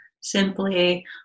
simply